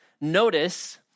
Notice